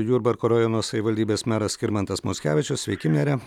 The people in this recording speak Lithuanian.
jurbarko rajono savivaldybės meras skirmantas mockevičius sveiki mere